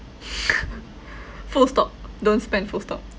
full stop don't spend full stop